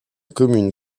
commune